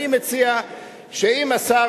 אני מציע שאם השר,